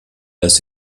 lässt